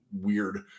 weird